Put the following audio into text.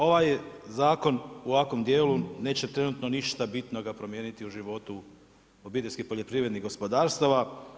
Ovaj zakon u ovakvom dijelu neće trenutno ništa bitnoga promijeniti u životu obiteljskih poljoprivrednih gospodarstava.